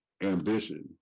ambition